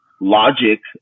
logic